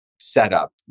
setup